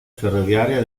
ferroviaria